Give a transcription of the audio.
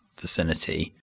vicinity